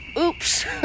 Oops